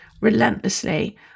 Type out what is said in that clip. relentlessly